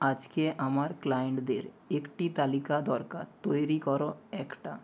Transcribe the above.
আজকে আমার ক্লায়েন্টদের একটি তালিকা দরকার তৈরি করো একটা